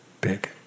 big